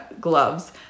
gloves